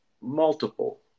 multiple